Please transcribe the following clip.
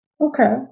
Okay